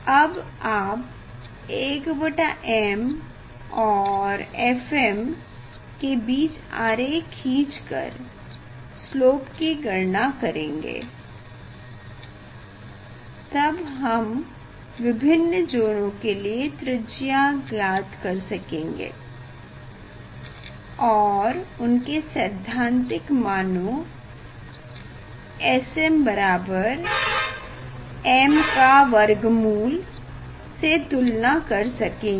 अब आप 1m और fm के बीच आरेख खींच कर स्लोप की गणना करेंगे तब हम विभिन्न ज़ोनों की त्रिज्या ज्ञात कर सकेंगे और उनके सैद्धांतिक मानों sm√m से तुलना कर सकते हैं